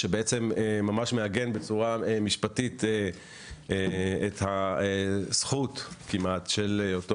שממש מעגן בצורה משפטית את הזכות כמעט של אותו